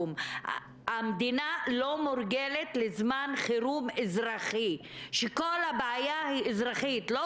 המדינה לא מורגלת לזמן חירום אזרחי שכל הבעיה היא אזרחית ולא